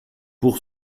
pour